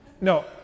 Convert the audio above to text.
No